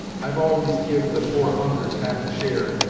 i've always give the poorest hunters half a share,